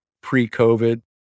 pre-COVID